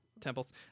temples